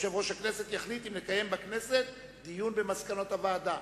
יושב-ראש הכנסת יחליט אם לקיים בכנסת דיון במסקנות הוועדה".